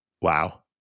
Wow